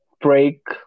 break